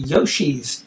Yoshi's